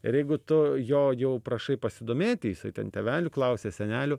ir jeigu tu jo jau prašai pasidomėti jisai ten tėvelių klausia senelių